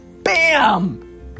Bam